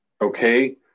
okay